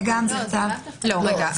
צריך לדבר על